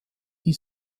die